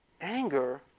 anger